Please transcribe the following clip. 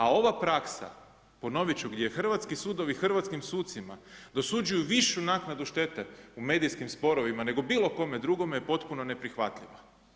A ova praksa, ponovit ću, gdje hrvatski sudovi hrvatskim sucima dosuđuju višu naknadu štete u medijskim sporovima, nego bilo kome drugome, je potpuno neprihvatljiva.